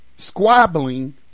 Squabbling